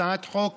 הצעת חוק